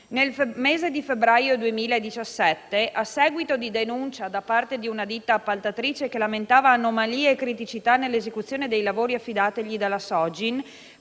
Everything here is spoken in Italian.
Nel mese di febbraio 2017, a seguito di denuncia da parte di una ditta appaltatrice che lamentava anomalie e criticità nell'esecuzione dei lavori affidati dalla Sogin